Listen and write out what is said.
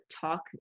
talk